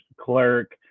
clerk